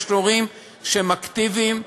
יש הורים שהם אקטיביים,